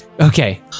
Okay